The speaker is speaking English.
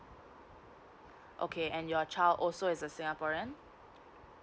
okay and your child also is a singaporean